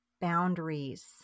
boundaries